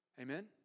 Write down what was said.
Amen